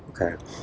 okay